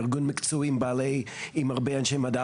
זה ארגון מקצועי עם הרבה אנשי מדע,